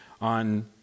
on